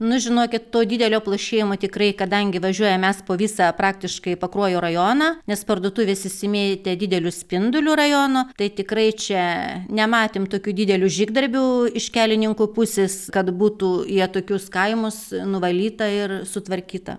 nu žinokit to didelio plušėjimo tikrai kadangi važiuojam mes po visą praktiškai pakruojo rajoną nes parduotuvės išsimėtę dideliu spinduliu rajono tai tikrai čia nematėm tokių didelių žygdarbių iš kelininkų pusės kad būtų į atokius kaimus nuvalyta ir sutvarkyta